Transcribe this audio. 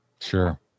Sure